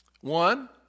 One